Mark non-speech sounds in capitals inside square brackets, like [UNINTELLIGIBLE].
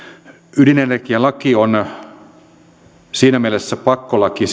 ydinenergialaki on siinä mielessä pakkolaki [UNINTELLIGIBLE]